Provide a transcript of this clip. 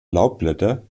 laubblätter